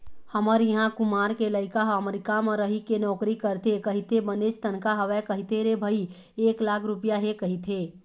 हमर इहाँ कुमार के लइका ह अमरीका म रहिके नौकरी करथे कहिथे बनेच तनखा हवय कहिथे रे भई एक एक लाख रुपइया हे कहिथे